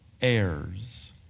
heirs